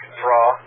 draw